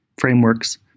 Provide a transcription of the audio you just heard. frameworks